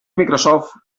microsoft